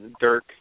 Dirk